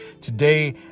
Today